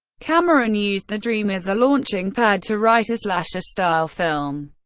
cameron used the dream as a launching pad to write a slasher-style film.